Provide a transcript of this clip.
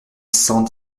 cent